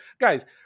guys